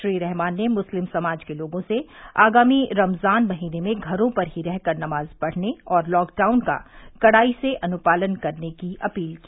श्री रहमान ने मुस्लिम समाज के लोगों से आगामी रमजान महीने में घरों पर ही रहकर नमाज पढ़ने और लॉकडाउन का कड़ाई से अनुपालन करने की अपील की